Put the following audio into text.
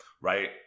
right